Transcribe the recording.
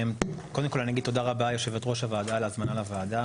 קודם כל אני אגיד תודה רבה יושבת-ראש הוועדה על ההזמנה לוועדה,